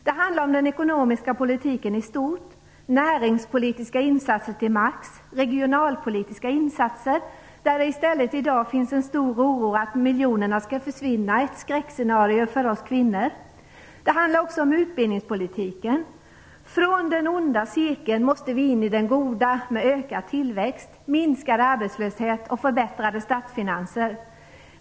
Det handlar om den ekonomiska politiken i stort, maximalt med näringspolitiska insatser och regionalpolitiska insatser - ett område där det i dag i stället finns en stor oro för att miljonerna skall försvinna. Det är ett skräckscenario för oss kvinnor. Det handlar också om utbildningspolitiken. Från den onda cirkeln måste vi in i den goda med ökad tillväxt, minskad arbetslöshet och förbättrade statsfinanser.